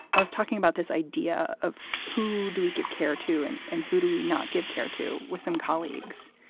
i was talking about this idea of who do we give care to? and and who do we not give care to? with some colleagues,